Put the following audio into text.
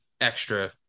extra